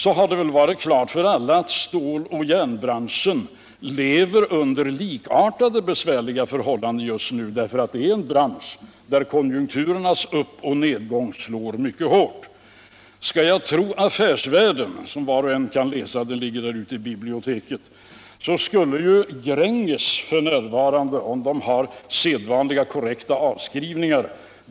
Det har väl stått klart för alla att ståloch järnbranschen lever under likartade besvärliga förhållanden just nu, eftersom det är en bransch där konjunkturernas uppoch nedgång slår mycket hårt. Skall jag tro Affärsvärlden — som var och en kan läsa, den ligger där ute i biblioteket — skulle Gränges f. n., om företaget har sedvanhga korrekta avskrivningar.